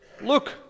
Look